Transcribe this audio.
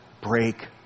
break